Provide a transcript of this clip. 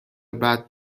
بعد